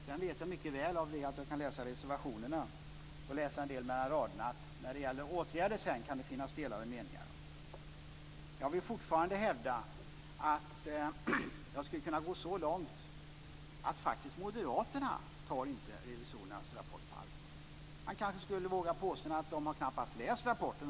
Sedan vet jag mycket väl - jag kan läsa reservationerna och också en del mellan raderna - att det när det gäller åtgärderna kan finnas delade meningar. Jag vidhåller vad jag tidigare har hävdat och skulle kunna gå så långt att jag faktiskt säger att moderaterna inte tar revisorernas rapport på allvar. Kanske skulle jag våga mig på påståendet att de knappast har läst rapporten.